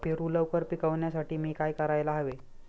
पेरू लवकर पिकवण्यासाठी मी काय करायला हवे?